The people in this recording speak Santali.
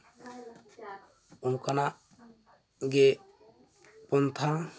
ᱚᱱᱠᱟᱱᱟᱜ ᱜᱮ ᱯᱚᱱᱛᱷᱟ